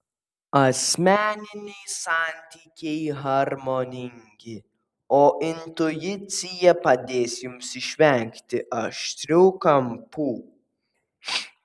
asmeniniai santykiai harmoningi o intuicija padės jums išvengti aštrių kampų